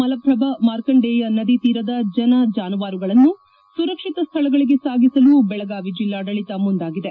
ಮಲಪ್ರಭಾ ಮಾರ್ಕೆಂಡೇಯ ನದಿ ತೀರದ ಜನ ಜಾನುವಾರುಗಳನ್ನು ಸುರಕ್ಷಿತ ಸ್ವಳಗಳಗೆ ಸಾಗಿಸಲು ಬೆಳಗಾವಿ ಜಿಲ್ಲಾಡಳಿತ ಮುಂದಾಗಿದೆ